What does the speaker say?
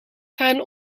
gaan